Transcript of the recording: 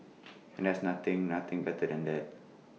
and there's nothing nothing better than that